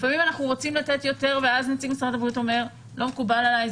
לפעמים אנחנו רוצים לתת יותר ואז נציג משרד הבריאות אומר: לא מקובל עלי,